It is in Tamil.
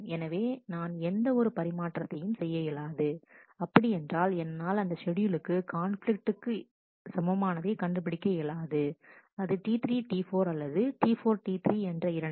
எனவே நான் எந்த ஒரு பரிமாற்றத்தையும் செய்ய இயலாது அப்படி என்றால் என்னால் அந்த ஷெட்யூலுக்கு கான்பிலிக்ட் சமமானதை கண்டுபிடிக்க இயலாது அது T3 T4 அல்லது T4T3 என்ற இரண்டுக்கும்